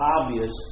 obvious